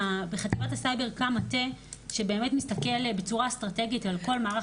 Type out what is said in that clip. בחטיבת הסייבר קם מטה שבאמת מסתכל בצורה אסטרטגית על כל מערך